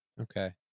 Okay